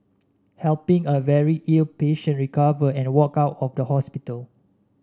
helping a very ill patient recover and walk out of the hospital